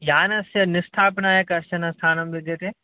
यानस्य निस्थापनाय किञ्चन स्थानं विद्यते